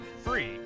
free